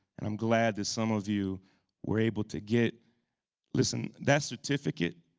and i'm glad that some of you were able to get listen, that certificate,